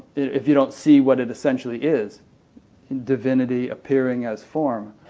if you don't see what it essentially is divinity appearing as form.